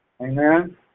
Amen